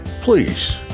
Please